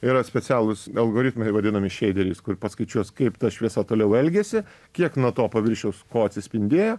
yra specialūs algoritmai vadinami šeideriais paskaičiuos kaip ta šviesa toliau elgiasi kiek nuo to paviršiaus ko atsispindėjo